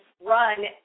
run